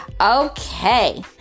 okay